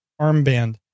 Armband